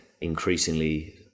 increasingly